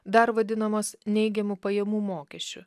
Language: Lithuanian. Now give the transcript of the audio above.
dar vadinamos neigiamu pajamų mokesčiu